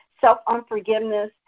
self-unforgiveness